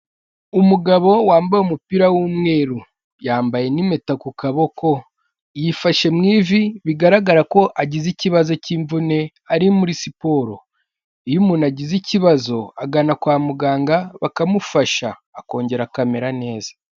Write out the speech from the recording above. Umugabo wambaye umupira w'umweru, yambaye n'impeta ku kaboko yifashe mu ivi bigaragara ko agize ikibazo cy'imvune ari muri siporo, iyo umuntu agize ikibazo agana kwa muganga bakamufasha akongera akamera neza.